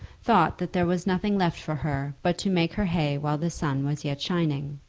thought that there was nothing left for her but to make her hay while the sun was yet shining.